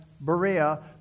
Berea